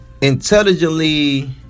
intelligently